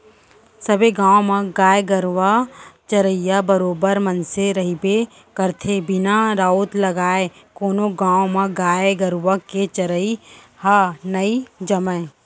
सबे गाँव म गाय गरुवा चरइया बरोबर मनसे रहिबे करथे बिना राउत लगाय कोनो गाँव म गाय गरुवा के चरई ह नई जमय